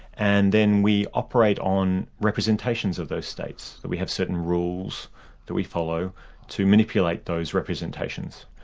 and then we operate on representations of those states, that we have certain rules that we follow to manipulate those representations.